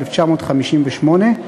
התשי"ט 1958,